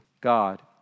God